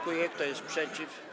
Kto jest przeciw?